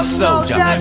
soldier